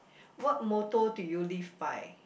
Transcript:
what motto do you live by